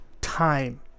time